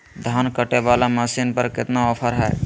धान कटे बाला मसीन पर कतना ऑफर हाय?